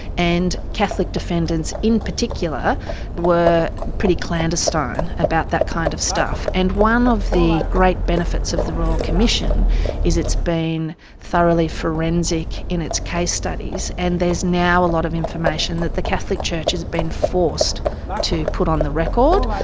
and catholic defendants in particular were pretty clandestine about that kind of stuff. and one of the great benefits of the royal commission is it has been thoroughly forensic in its case studies, and there is now a lot of information that the catholic church has been forced to put on the record.